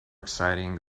exciting